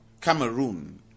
Cameroon